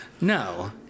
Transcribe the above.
No